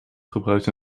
gebruikt